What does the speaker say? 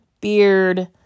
beard